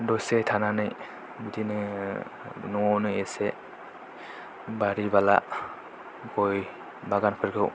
दसे थानानै बिदिनो न'आवनो एसे बारि बाला गय बागानफोरखौ